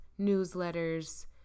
newsletters